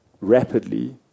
rapidly